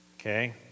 Okay